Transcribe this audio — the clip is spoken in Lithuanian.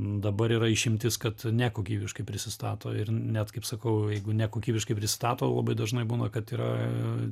dabar yra išimtis kad nekokybiškai prisistato ir net kaip sakau jeigu nekokybiškai pristato labai dažnai būna kad yra